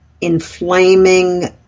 inflaming